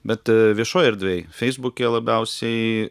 bet viešoj erdvėj feisbuke labiausiai